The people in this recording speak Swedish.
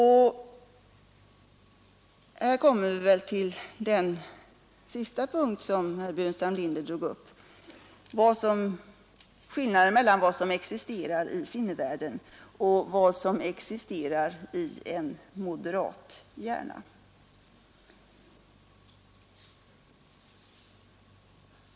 Här kommer vi väl till den sista punkt som herr Burenstam Linder drog upp skillnaden mellan vad som existerar i sinnevärlden och vad som existerar i den moderata hjärnan.